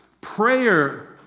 Prayer